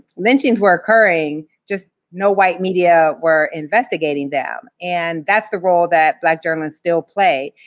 lynchings were occurring, just no white media were investigating them. and that's the role that black journalists still play,